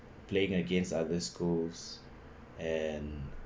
playing against other schools and